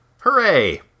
Hooray